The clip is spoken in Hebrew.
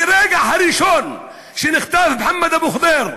מהרגע הראשון שנחטף מוחמד אבו ח'דיר,